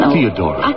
Theodora